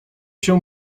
się